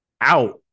out